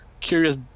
curious